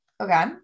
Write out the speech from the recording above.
okay